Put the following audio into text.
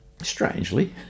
Strangely